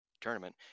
tournament